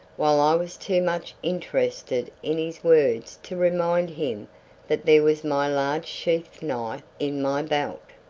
while i was too much interested in his words to remind him that there was my large sheath-knife in my belt.